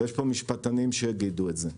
יש פה משפטנים שיגידו זאת.